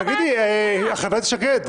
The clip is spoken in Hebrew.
מה הבעיה להצביע?